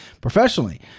professionally